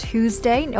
Tuesday